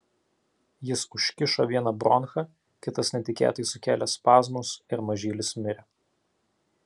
jis užkišo vieną bronchą kitas netikėtai sukėlė spazmus ir mažylis mirė